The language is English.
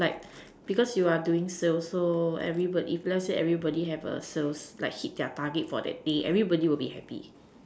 like because you are doing sales so everybody if let's say everybody have sales like hit their target for the day everybody will be happy